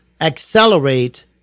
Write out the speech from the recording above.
accelerate